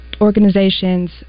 Organizations